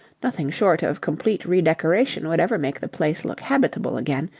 nothing short of complete re-decoration would ever make the place look habitable again,